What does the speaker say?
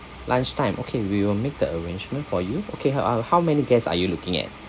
lunchtime okay we will make the arrangement for you okay uh how many guests are you looking at